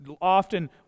Often